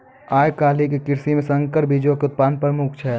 आइ काल्हि के कृषि मे संकर बीजो के उत्पादन प्रमुख छै